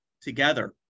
together